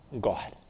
God